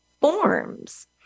forms